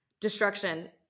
destruction